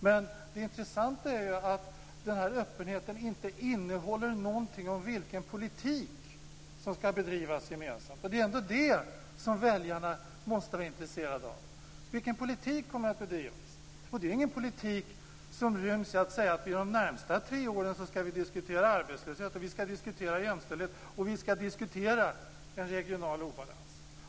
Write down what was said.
Men det intressanta är ju att den här öppenheten inte innehåller någonting om vilken politik som skall föras gemensamt. Det är ju ändå det som väljarna måste vara intresserade av. Vilken politik kommer att föras? Det är ju inte någon politik som ryms i att säga att vi de närmaste tre åren skall diskutera arbetslöshet och att vi skall diskutera jämställdhet och att vi skall diskutera regional obalans.